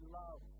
love